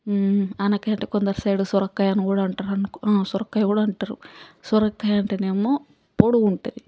ఆనపకాయ అంటే కొందరు సైడు సొరకాయ అని కూడ అంటారు సొరకాయ కూడ అంటారు సొరకాయ అంటేనేమో పొడువు ఉంటుంది